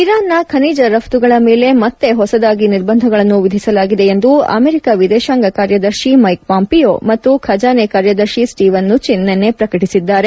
ಇರಾನ್ನ ಖನಿಜ ರಘ್ತುಗಳ ಮೇಲೆ ಮತ್ತೆ ಹೊಸದಾಗಿ ನಿರ್ಬಂಧಗಳನ್ನು ವಿಧಿಸಲಾಗಿದೆ ಎಂದು ಅಮೆರಿಕದ ವಿದೇಶಾಂಗ ಕಾರ್ಯದರ್ಶಿ ಮೈಕ್ ಪಾಂಪಿಯೋ ಮತ್ತು ಖಜಾನೆ ಕಾರ್ಯದರ್ಶಿ ಸ್ಸಿವನ್ ನುಚಿನ್ ನಿನೈ ಪ್ರಕಟಿಸಿದ್ದಾರೆ